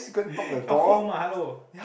your home ah hello